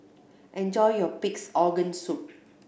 enjoy your Pig's Organ Soup